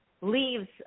leaves